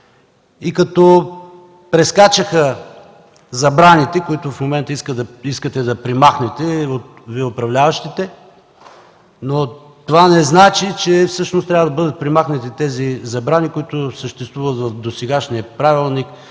– като прескачаха забраните, които в момента искате да премахнете, Вие управляващите. Но това не значи, че всъщност трябва да бъдат премахнати тези забрани, които съществуват в досегашния правилник,